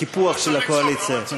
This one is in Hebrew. קיפוח של הקואליציה.